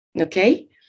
okay